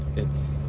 it's.